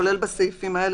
כולל בסעיפים האלה.